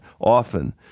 often